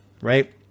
right